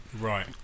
Right